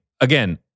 Again